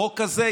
החוק הזה,